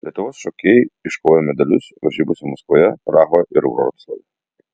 lietuvos šokėjai iškovojo medalius varžybose maskvoje prahoje ir vroclave